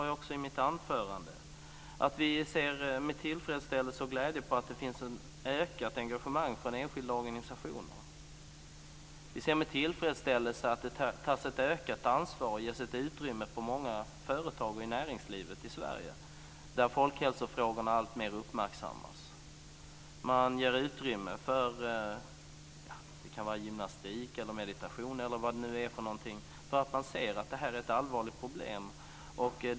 Jag sade i mitt anförande att vi ser med tillfredsställelse och glädje att det finns ett ökat engagemang från enskilda organisationers sida. Vi ser med tillfredsställelse att det tas ett ökat ansvar på många företag och i näringslivet i Sverige, där folkhälsofrågorna uppmärksammas alltmer. Man ger utrymme för gymnastik, meditation eller vad det nu är för någonting därför att man ser att hälsan är ett allvarligt problem.